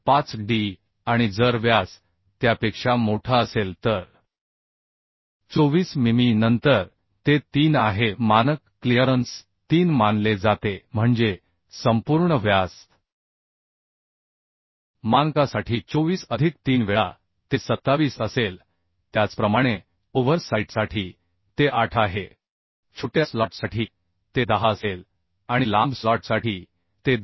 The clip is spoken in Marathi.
5d आणि जर व्यास त्यापेक्षा मोठा असेल तर 24 मिमी नंतर ते 3 आहे मानक क्लिअरन्स 3 मानले जाते म्हणजे संपूर्ण व्यास मानकासाठी 24 अधिक 3 वेळा ते 27 असेल त्याचप्रमाणे ओव्हर साइटसाठी ते 8 आहे छोट्या स्लॉटसाठी ते 10 असेल आणि लांब स्लॉटसाठी ते 2